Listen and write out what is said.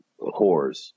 whores